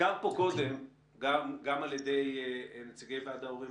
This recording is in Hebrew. הוזכר פה קודם גם על ידי נציגת ועד ההורים